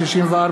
64,